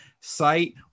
site